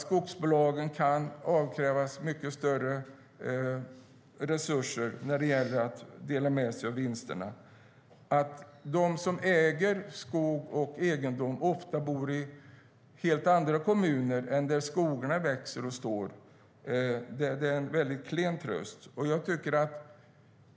Skogsbolagen kan avkrävas mycket mer resurser när det gäller att dela med sig av vinsterna. De som äger skog och egendom bor ofta i helt andra kommuner än där skogarna växer och står. Det är en väldigt klen tröst.